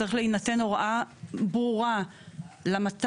צריכה להינתן הוראה ברורה למט"ק,